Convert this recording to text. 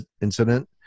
incident